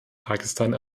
pakistan